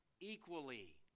equally